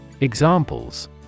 Examples